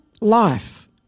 life